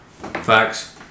facts